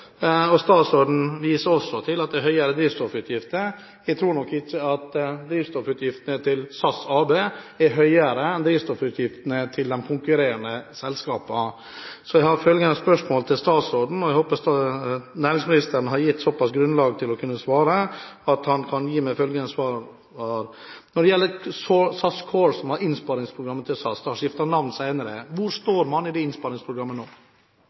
Og statsråden viser også til at det er høyere drivstoffutgifter. Jeg tror ikke drivstoffutgiftene til SAS AB er høyere enn drivstoffutgiftene til de konkurrerende selskapene. Jeg har følgende spørsmål til statsråden, og jeg håper næringsministeren har gitt såpass grunnlag til å kunne svare, at finansministeren kan gi meg svar på følgende: Når det gjelder Core SAS, som er innsparingsprogrammet til SAS – det har skiftet navn senere: Hvor står man i det innsparingsprogrammet nå?